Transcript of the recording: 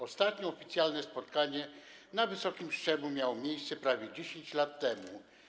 Ostatnie oficjalne spotkanie na wysokim szczeblu miało miejsce prawie 10 lat temu.